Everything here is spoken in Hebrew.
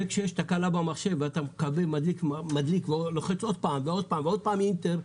זה כמו כשיש תקלה במחשב ואתה מכבה ומדליק ולוחץ עוד פעם ועוד פעם אנטר,